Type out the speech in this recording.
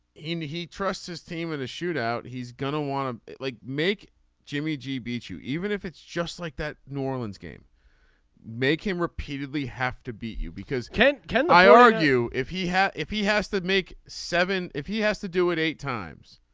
in he trusts his team in a shoot out. he's gonna want to like make jimmy jimmy beat you even if it's just like that new orleans game make him repeatedly have to beat you because ken. can i argue if he had if he has to make seven. if he has to do it eight times